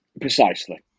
Precisely